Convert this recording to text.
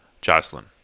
Jocelyn